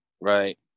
right